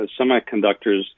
semiconductors